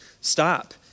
Stop